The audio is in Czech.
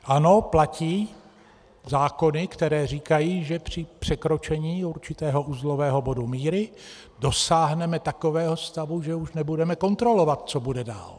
Ano, platí zákony, které říkají, že při překročení určitého uzlového bodu míry dosáhneme takového stavu, že už nebudeme kontrolovat, co bude dál.